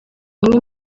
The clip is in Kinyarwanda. umwe